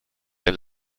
der